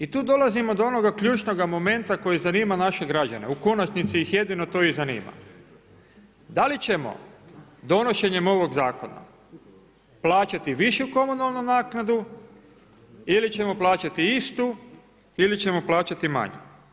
I tu dolazimo do onoga ključnog momenta koji zanima naše građane u konačnici ih jedino to i zanima, da li ćemo donošenjem ovog zakona plaćati višu komunalnu naknadu ili ćemo plaćati istu ili ćemo plaćati manju.